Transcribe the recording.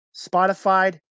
Spotify